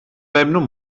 memnun